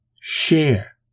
share